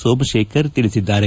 ಸೋಮಶೇಖರ್ ತಿಳಿಸಿದ್ದಾರೆ